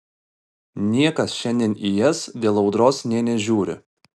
niekas šiandien į jas dėl audros nė nežiūri